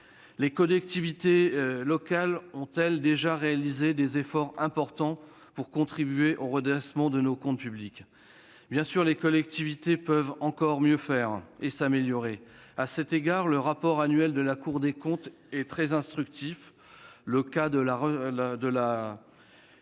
Les collectivités locales ont, elles, déjà réalisé des efforts importants pour contribuer au redressement de nos comptes publics. Bien sûr, elles peuvent encore mieux faire et s'améliorer. À cet égard, le rapport annuel de la Cour des comptes est très instructif. Les cas de la restauration